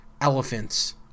elephants